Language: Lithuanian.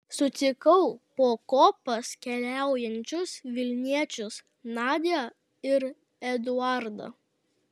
sutikau po kopas keliaujančius vilniečius nadią ir eduardą